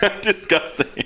Disgusting